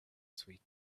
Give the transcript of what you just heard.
sweet